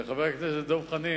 חבר הכנסת דב חנין,